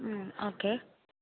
okay